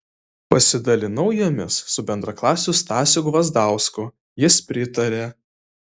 pasidalinau jomis su bendraklasiu stasiu gvazdausku jis pritarė